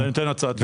אני אתן הצעת ייעול.